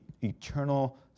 eternal